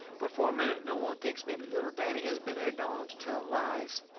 but for a minute no one thinks mebby little danny has been egged on to tell lies.